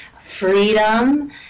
freedom